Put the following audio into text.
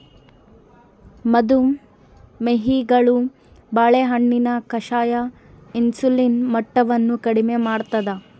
ಮದು ಮೇಹಿಗಳು ಬಾಳೆಹಣ್ಣಿನ ಕಷಾಯ ಇನ್ಸುಲಿನ್ ಮಟ್ಟವನ್ನು ಕಡಿಮೆ ಮಾಡ್ತಾದ